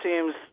seems